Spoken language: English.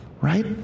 Right